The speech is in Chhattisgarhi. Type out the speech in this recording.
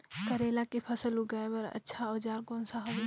करेला के फसल उगाई बार अच्छा औजार कोन सा हवे?